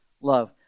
love